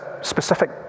specific